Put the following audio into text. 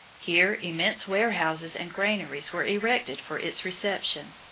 here immense warehouses and granaries were erected for its reception,